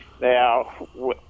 Now